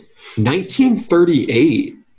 1938